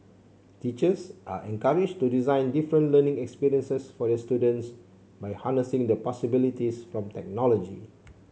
teachers are encouraged to design different learning experiences for their students by harnessing the possibilities from technology